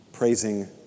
Praising